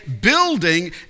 building